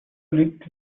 lügt